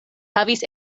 havis